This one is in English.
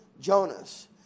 Jonas